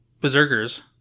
Berserkers